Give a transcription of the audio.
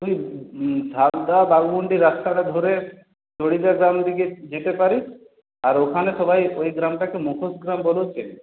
তুই চাকদা বাগমুন্ডি রাস্তাটা ধরে চরিদা গ্রামের দিকে যেতে পারিস আর ওখানে সবাই ওই গ্রামটাকে মুখোশ গ্রাম বলেই চেনে